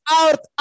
out